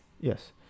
Yes